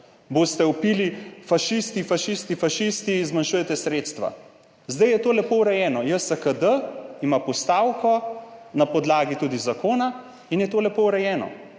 bo, vpili fašisti, fašisti, fašisti, zmanjšujete sredstva. Zdaj je to lepo urejeno, JSKD ima postavko, tudi na podlagi zakona, in je to lepo urejeno.